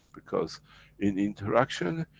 because in interaction,